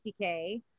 50k